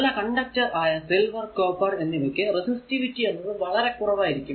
നല്ല കണ്ടക്ടർ ആയ silver copper എന്നിവക്ക് റെസിസ്റ്റിവിറ്റി എന്നത് വളരെ കുറവായിരിക്കും